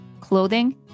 clothing